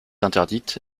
interdite